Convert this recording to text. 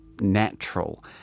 natural